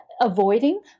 avoiding